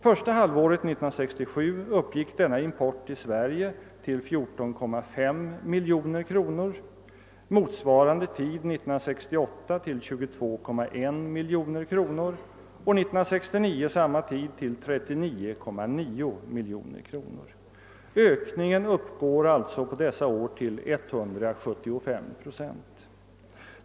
Första halvåret 1967 uppgick denna import till Sverige till 14,5 miljoner kronor, motsvarande tid 1968 till 22,1 miljoner kronor och 1969 till 39,9 miljoner kronor. Ökningen utgör alltså på dessa år 175 procent.